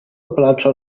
plaĉo